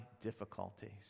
difficulties